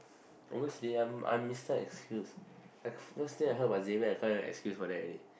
almost late ah I miss the excuse I first day I heard my Xavier I call excuse for that already